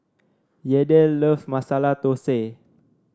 Yadiel love Masala Thosai